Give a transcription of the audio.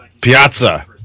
piazza